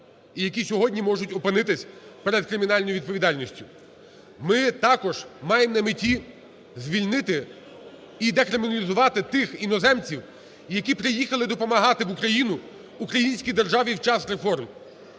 і які сьогодні можуть опинитися перед кримінальною відповідальністю. Ми також маємо на меті звільнити і декриміналізувати тих іноземців, які приїхали допомагати в Україну українській державі в час реформ.